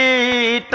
a